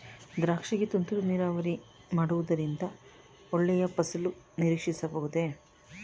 ದ್ರಾಕ್ಷಿ ಗೆ ತುಂತುರು ನೀರಾವರಿ ಮಾಡುವುದರಿಂದ ಒಳ್ಳೆಯ ಫಸಲು ನಿರೀಕ್ಷಿಸಬಹುದೇ?